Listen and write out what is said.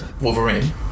Wolverine